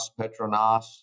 Petronas